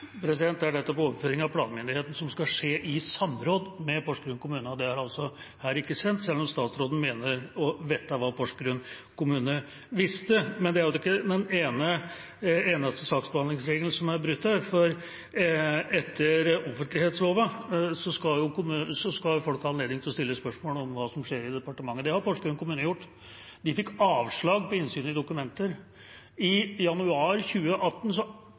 Det er nettopp overføring av planmyndigheten som skal skje i samråd med Porsgrunn kommune, og det har altså ikke skjedd her, selv om statsråden mener å vite hva Porsgrunn kommune visste. Men det er jo ikke den eneste saksbehandlingsregelen som er brutt her, for etter offentlighetsloven skal folk ha anledning til å stille spørsmål om hva som skjer i departementet. Det har Porsgrunn kommune gjort. De fikk avslag på innsyn i dokumenter. I januar 2018